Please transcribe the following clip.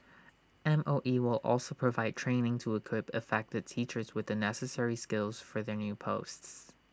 M O E will also provide training to equip affected teachers with the necessary skills for their new posts